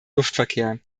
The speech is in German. luftverkehr